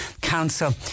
council